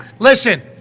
Listen